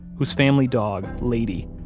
whose family dog, lady,